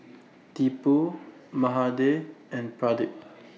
Tipu Mahade and Pradip